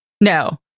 no